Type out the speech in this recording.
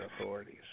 authorities